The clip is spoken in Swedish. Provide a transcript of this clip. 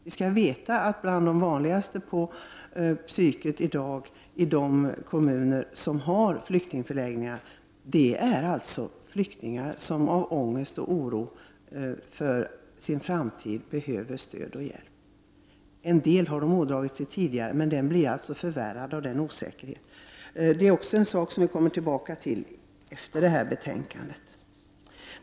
Bland de vanligast förekommande patienterna på psyket i dag i de kommuner som har flyktingförläggningar är flyktingar som av ångest och oro för sin framtid behöver stöd och hjälp. En del psykiska skador har de ådragit sig tidigare, men de blir förvärrade av osäkerheten som råder. Dessa frågor skall vi återkomma till.